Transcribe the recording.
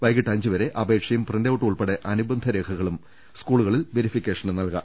വൈകീട്ട് അഞ്ചുവരെ അപേക്ഷയും പ്രിന്റ് ഔട്ട് ഉൾപ്പെടെ അനുബന്ധ രേഖകളും സ്കൂളുകളിൽ വെരിഫിക്കേഷന് നൽകാം